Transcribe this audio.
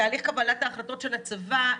בתהליך קבלת ההחלטות של הצבא,